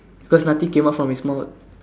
cause nothing came out from his mouth